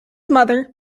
mother